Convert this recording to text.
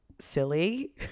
silly